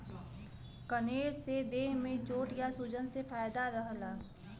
कनेर से देह में चोट या सूजन से फायदा रहला